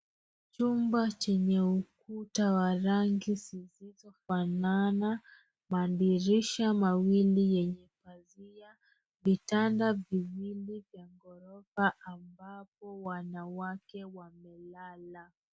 Chumba chenye ukuta wa rangi zilizofanana madirisha mawili yenye pazia vitanda viwili vya gorofa ambapo wanawake wamelala.